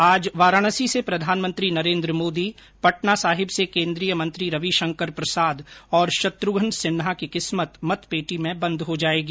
आज वाराणसी से प्रधानमंत्री नरेन्द्र मोदी पटना साहिब से केन्द्रीय मंत्री रविशंकर प्रसाद और शत्रुघ्न सिन्हा की किस्मत मत पेटी में बंद हो जाएगी